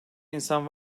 insan